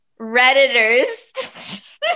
Redditors